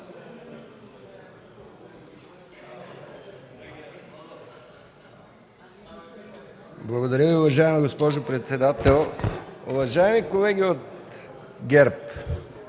Благодаря, уважаема госпожо председател. Уважаеми колеги,